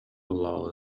allow